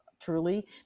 truly